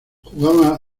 jugaba